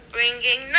Bringing